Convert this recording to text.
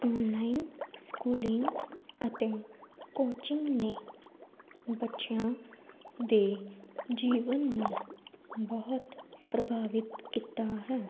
online schooling ਅਤੇ coaching ਨੇ ਬੱਚਿਆਂ ਦੇ ਜੀਵਨ ਨੂੰ ਬਹੁਤ ਪ੍ਰਭਾਵਿਤ ਕੀਤਾ ਹੈ